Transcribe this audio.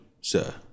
sir